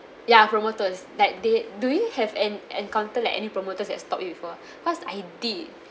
ya promoters like they do you have an encounter like any promoters that stop you before cause I did